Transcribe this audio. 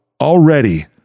already